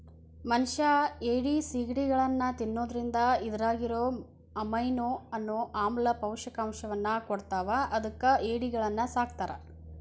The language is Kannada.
ಮನಷ್ಯಾ ಏಡಿ, ಸಿಗಡಿಗಳನ್ನ ತಿನ್ನೋದ್ರಿಂದ ಇದ್ರಾಗಿರೋ ಅಮೈನೋ ಅನ್ನೋ ಆಮ್ಲ ಪೌಷ್ಟಿಕಾಂಶವನ್ನ ಕೊಡ್ತಾವ ಅದಕ್ಕ ಏಡಿಗಳನ್ನ ಸಾಕ್ತಾರ